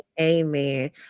amen